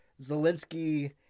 Zelensky